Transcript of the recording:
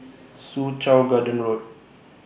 Soo Chow Garden Road